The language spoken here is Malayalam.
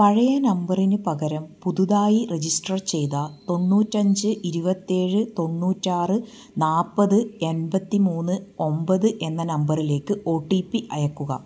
പഴയ നമ്പറിന് പകരം പുതുതായി രജിസ്റ്റർ ചെയ്ത തൊണ്ണൂറ്റഞ്ച് ഇരുപത്തേഴ് തൊണ്ണൂറ്റാറ് നാൽപ്പത് എൺപത്തി മൂന്ന് ഒമ്പത് എന്ന നമ്പറിലേക്ക് ഒ ടി പി അയയ്ക്കുക